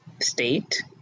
state